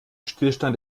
stillstand